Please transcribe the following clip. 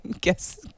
guess